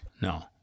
No